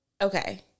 okay